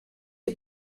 est